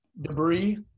debris